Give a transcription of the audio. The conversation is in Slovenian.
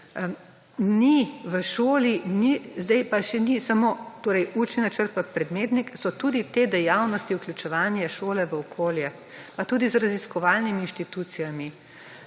Ni, v šoli ni, zdaj pa še ni samo, torej učni načrt in predmetnik so tudi te dejavnosti vključevanje šole v okolje, pa tudi z raziskovalnimi inštitucijami.